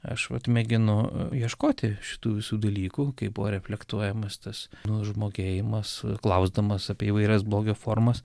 aš vat mėginu ieškoti šitų visų dalykų kaip buvo reflektuojamas tas nužmogėjimas klausdamas apie įvairias blogio formas